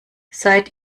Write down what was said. seit